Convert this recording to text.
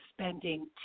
spending